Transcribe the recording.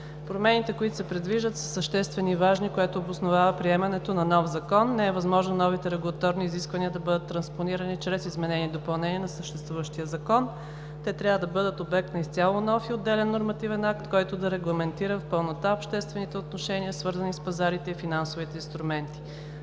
Промените, които се предвиждат, са съществени и важни, което обосновава приемането на нов закон. Не е възможно новите регулаторни изисквания да бъдат транспонирани чрез изменение и допълнение на съществуващия Закон. Те трябва да бъдат обект на изцяло нов и отделен нормативен акт, който да регламентира в пълнота обществените отношения, свързани с пазарите и финансовите инструменти.